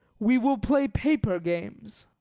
we will play paper games.